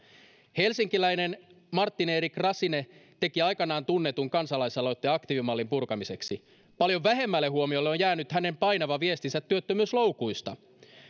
helsinkiläinen martin erik racine teki aikanaan tunnetun kansalaisaloitteen aktiivimallin purkamiseksi paljon vähemmälle huomiolle on jäänyt hänen painava viestinsä työttömyysloukuista